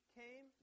came